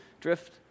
drift